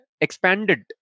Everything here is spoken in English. expanded